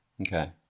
Okay